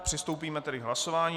Přistoupíme tedy k hlasování.